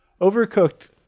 overcooked